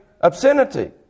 obscenity